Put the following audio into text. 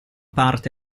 parte